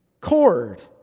cord